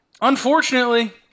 Unfortunately